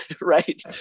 right